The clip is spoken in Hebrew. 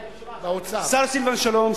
השר סילבן שלום,